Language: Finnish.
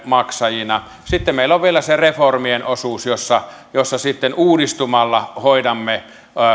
maksajina sitten meillä on vielä se reformien osuus jossa jossa sitten uudistumalla hoidamme